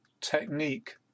technique